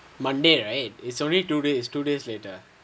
monday right it's only two days two days later